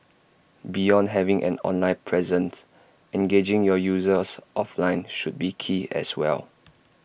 beyond having an online present engaging your users offline should be key as well